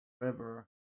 River